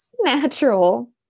natural